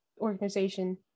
organization